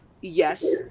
Yes